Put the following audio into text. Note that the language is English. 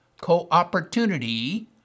Co-Opportunity